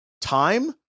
Time